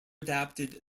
adapted